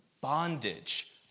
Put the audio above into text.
bondage